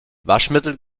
waschmittel